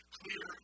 clear